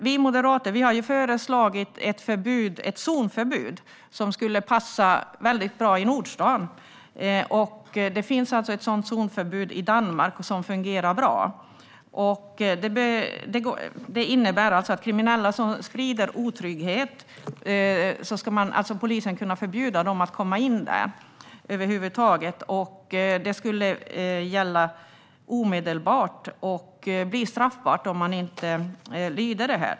Vi moderater har föreslagit ett zonförbud som skulle passa väldigt bra i Nordstan. Det finns ett sådant zonförbud i Danmark som fungerar bra. Det innebär att polisen ska kunna förbjuda kriminella som sprider otrygghet att över huvud taget komma in. Det skulle gälla omedelbart, och det skulle bli straffbart att inte lyda det.